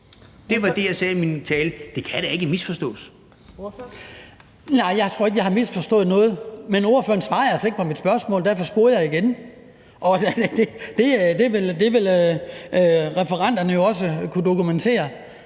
Ordføreren. Kl. 13:09 Hans Kristian Skibby (DF): Nej, jeg tror ikke, jeg har misforstået noget, men ordføreren svarede altså ikke på mit spørgsmål. Derfor spurgte jeg igen. Det vil referenterne jo også kunne dokumentere.